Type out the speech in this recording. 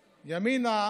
בימינה,